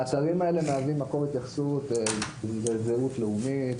האתרים האלה מהווים מקום התייחסות לזהות לאומית,